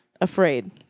afraid